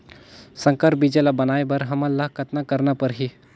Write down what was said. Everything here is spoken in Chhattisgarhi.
संकर बीजा ल बनाय बर हमन ल कतना करना परही?